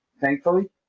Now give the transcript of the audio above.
thankfully